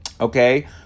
Okay